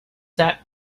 that